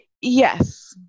yes